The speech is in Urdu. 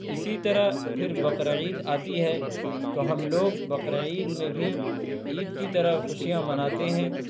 اسی طرح پھر بقرعید آتی ہے تو ہم لوگ بقرعید میں بھی عید کی طرح خوشیاں مناتے ہیں